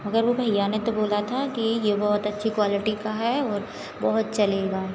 मगर वह भैया ने तो बोला था कि यह बहुत अच्छी क्वालिटी का है और बहुत चलेगा